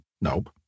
Nope